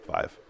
Five